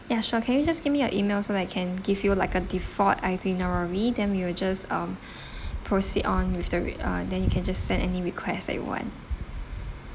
ya sure can you just give me your email so that I can give you like a default itinerary then we will just um proceed on with the re~ uh then you can just send any request that you want